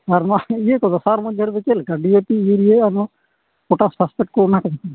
ᱟᱨ ᱚᱱᱟ ᱤᱭᱟᱹᱠᱚᱫᱚ ᱥᱟᱨ ᱢᱚᱫᱽᱫᱷᱮᱨᱮᱫᱚ ᱪᱮᱫᱞᱮᱠᱟ D A P urea potash ᱯᱷᱚᱥᱯᱷᱮᱴᱠᱚ ᱚᱱᱟᱠᱚ